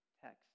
text